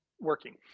working